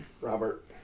Robert